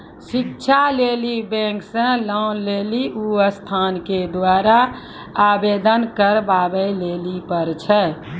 शिक्षा लेली बैंक से लोन लेली उ संस्थान के द्वारा आवेदन करबाबै लेली पर छै?